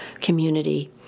community